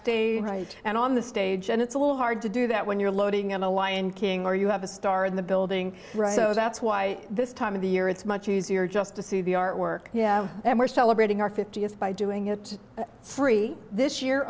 stage right and on the stage and it's a little hard to do that when you're loading on the lion king or you have a star in the building so that's why this time of the year it's much easier just to see the artwork yeah and we're celebrating our fiftieth by doing it free this year